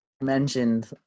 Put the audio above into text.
Mentioned